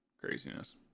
craziness